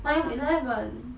nine eleven